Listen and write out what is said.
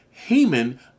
Haman